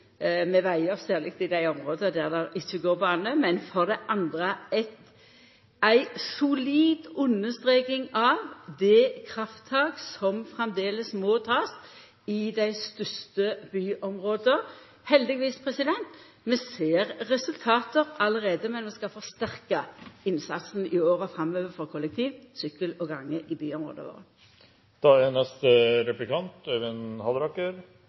med vegar, særleg i dei områda der det ikkje går bane, men for det andre er ei solid understreking av det krafttaket som framleis må takast i dei største byområda. Heldigvis ser vi resultat allereie, men vi skal forsterka innsatsen i åra framover for kollektivtransport og sykkel- og gangveg i